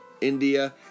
India